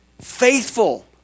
faithful